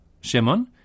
Shimon